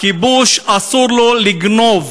הכובש אסור לו לגנוב